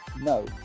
no